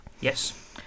Yes